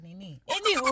Anywho